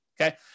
okay